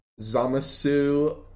Zamasu